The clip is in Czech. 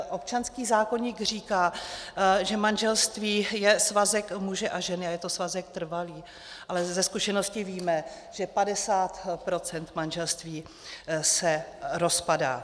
Občanský zákoník říká, že manželství je svazek muže a ženy a je to svazek trvalý, ale ze zkušeností víme, že padesát procent manželství se rozpadá.